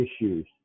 issues